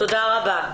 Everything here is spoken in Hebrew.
תודה רבה.